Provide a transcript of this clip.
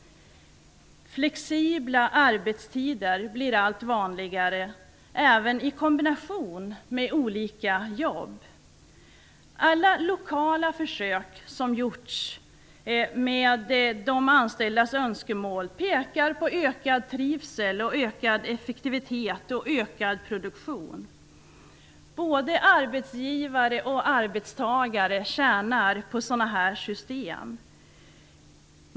Flexibla arbetstider blir allt vanligare, även i kombination med olika jobb. Alla lokala försök som har gjorts, enligt de anställdas önskemål, visar på ökad trivsel, ökad effektivitet och ökad produktion. Både arbetsgivare och arbetstagare tjänar på sådana här system.